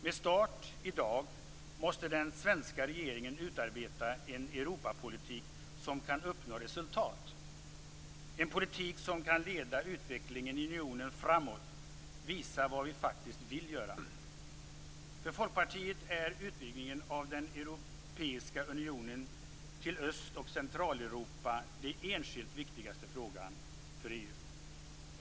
Med start i dag måste den svenska regeringen utarbeta en Europapolitik som kan uppnå resultat - en politik som kan leda utvecklingen i unionen framåt och visa vad vi faktiskt vill göra. För Folkpartiet är utvidgningen av den europeiska unionen till Öst och Centraleuropa den enskilt viktigaste frågan för EU.